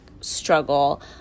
struggle